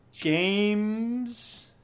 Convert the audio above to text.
Games